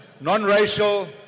non-racial